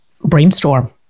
brainstorm